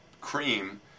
cream